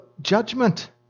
Judgment